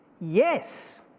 yes